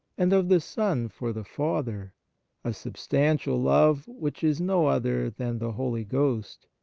and of the son for the father a substantial love which is no other than the holy ghost,